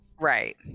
Right